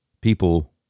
people